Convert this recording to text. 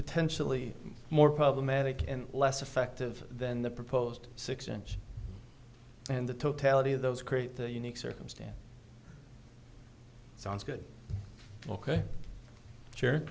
potentially more problematic and less effective than the proposed six inch and the totality of those create a unique circumstance sounds good ok